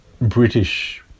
British